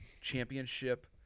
championship